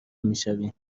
میشویم